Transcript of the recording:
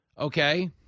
Okay